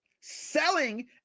selling